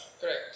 Correct